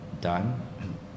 done